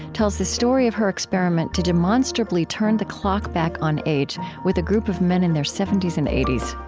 tells the story of her experiment to demonstrably turn the clock back on age with a group of men in their seventy s and eighty